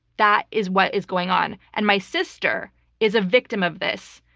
that is what is going on, and my sister is a victim of this.